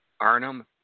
Arnhem